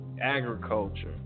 agriculture